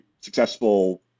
successful